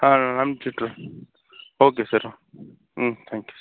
ஆ நான் அனுப்பிச்சி விட்றேன் ஓகே சார் ம் தேங்க்கியூ சார்